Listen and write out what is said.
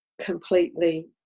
completely